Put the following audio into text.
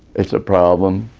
it's a problem.